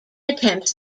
attempts